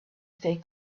stay